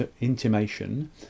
intimation